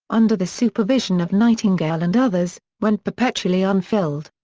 under the supervision of nightingale and others, went perpetually unfilled.